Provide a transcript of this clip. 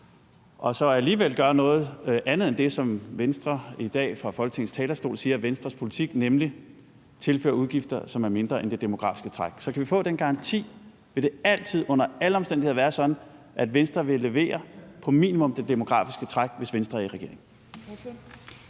og så alligevel gør noget andet end det, Venstre i dag fra Folketingets talerstol siger er Venstres politik, nemlig at tilføre udgifter, som er mindre end det demografiske træk. Så kan vi få den garanti? Vil det altid under alle omstændigheder være sådan, at Venstre vil levere på minimum det demografiske træk, hvis Venstre er i regering?